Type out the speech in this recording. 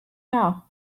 now